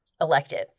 elected